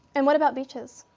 and what about beaches?